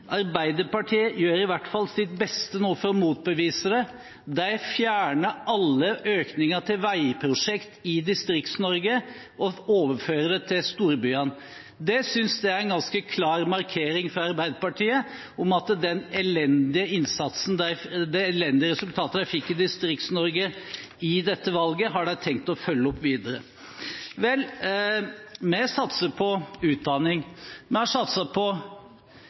Arbeiderpartiet gjør i hvert fall nå sitt beste for å motbevise det – de fjerner alle økninger til veiprosjekter i Distrikts-Norge og overfører det til storbyene. Det synes jeg er en ganske klar markering fra Arbeiderpartiet om at det elendige resultatet de fikk i Distrikts-Norge ved dette valget, har de tenkt å følge opp videre. Vi satser på utdanning. Vi har satset på,